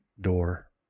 door